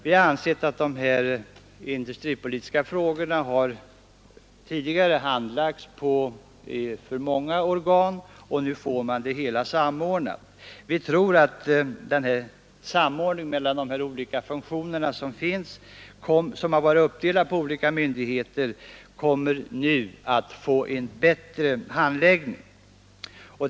Vi har ansett att de industripolitiska frågorna tidigare har handlagts av för många organ, och det blir nu en samordning på detta område. Vi tror att denna samordning mellan olika funktioner som hittills varit uppdelade på olika myndigheter kommer att leda till en bättre handläggning.